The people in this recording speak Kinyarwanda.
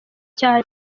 cya